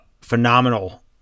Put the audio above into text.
phenomenal